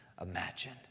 imagine